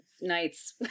nights